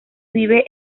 vive